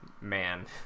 Man